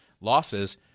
losses